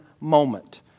moment